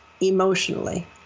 emotionally